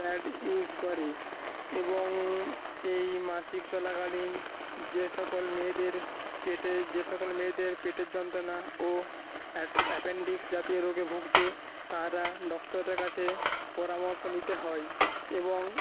pad use করে এবং এই মাসিক চলাকালীন যে সকল মেয়েদের পেটে যে সকল মেয়েদের পেটের যন্ত্রণা ও অ্যাপেন্ডিক্স জাতীয় রোগে ভুগছে তারা ডাক্তারদের কাছে পরামর্শ নিতে হয়ই এবং